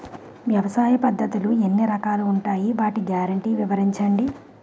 వ్యవసాయ పద్ధతులు ఎన్ని రకాలు ఉంటాయి? వాటి గ్యారంటీ వివరించండి?